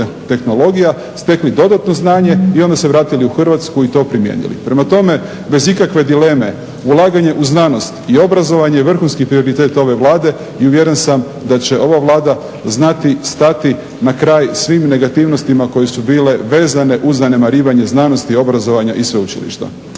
tehnologija stekli dodatno znanje i onda se vratili u Hrvatsku i to primijenili. Prema tome, bez ikakve dileme ulaganje u znanost i obrazovanje je vrhunski prioritet ove Vlade i uvjeren sam da će ova Vlada znati stati na kraj svim negativnostima koje su bile vezane uz zanemarivanje znanosti, obrazovanja i sveučilišta.